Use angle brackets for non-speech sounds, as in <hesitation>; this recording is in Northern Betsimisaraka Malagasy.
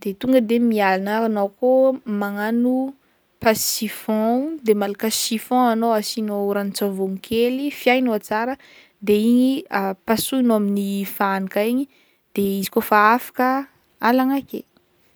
de tonga de miala na anao koa magnagno passe chiffon o, de malaka chiffon anao asinao rano-tsavôgno kely, fiahinao tsara de igny <hesitation> pasohinao amin'ny fanaka igny, de izzy kaofa afaka alagna akeo.